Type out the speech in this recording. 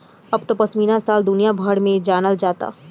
अब त पश्मीना शाल दुनिया भर में जानल जाता